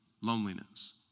loneliness